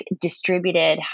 distributed